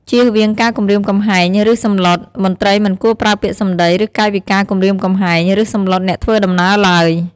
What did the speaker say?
ចៀសវាងការគំរាមកំហែង ឬសម្លុត មន្ត្រីមិនគួរប្រើពាក្យសំដី ឬកាយវិការគំរាមកំហែង ឬសម្លុតអ្នកធ្វើដំណើរឡើយ។